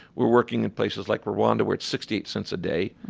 we're working in places like rwanda where it's sixty eight cents a day.